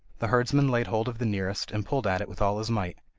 the herdsman laid hold of the nearest, and pulled at it with all his might,